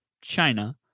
China